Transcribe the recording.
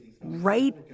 right